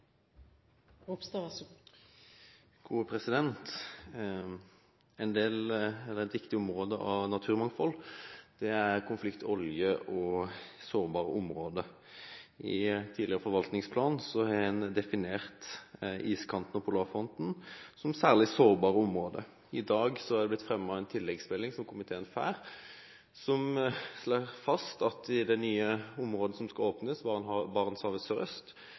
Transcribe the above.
en tidligere forvaltningsplan har en definert iskanten og polarfronten som særlig sårbare områder. I dag er det blitt fremmet en tilleggsmelding som komiteen får, som slår fast at i det nye området som skal åpnes i Barentshavet sørøst